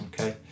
okay